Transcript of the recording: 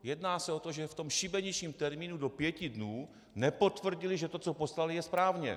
Jedná se o to, že v tom šibeničním termínu do pěti dnů nepotvrdili, že to, co poslali, je správně!